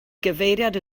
gyfeiriad